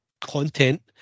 content